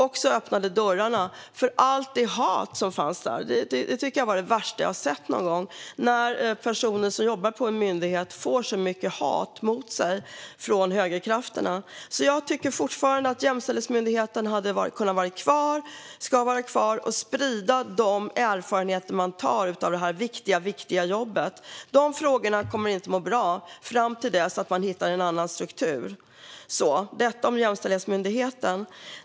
Det öppnade också dörrarna för allt det hat som finns mot den. Det är det värsta jag sett någon gång - att personer som jobbar på en myndighet får så mycket hat mot sig från högerkrafterna. Jag tycker fortfarande att Jämställdhetsmyndigheten ska vara kvar och sprida de erfarenheter man drar av detta viktiga jobb. De frågorna kommer inte att må bra förrän man hittar en annan struktur. Detta om Jämställdhetsmyndigheten.